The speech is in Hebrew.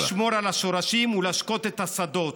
לשמור על השורשים ולהשקות את השדות.